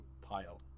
pile